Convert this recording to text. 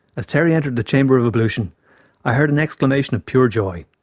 as terry entered the chamber of ablution i heard an exclamation of pure joy.